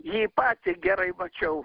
jį patį gerai mačiau